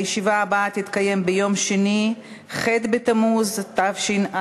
הישיבה הבאה תתקיים ביום שני, ח' בתמוז התשע"ה,